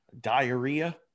diarrhea